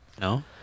no